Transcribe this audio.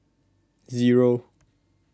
zero